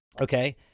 okay